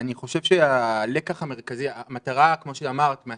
אני חושב שהמטרה היא